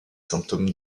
symptômes